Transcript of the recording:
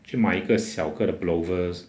去买一个小个的 blowers